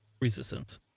Resistance